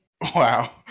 Wow